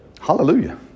Hallelujah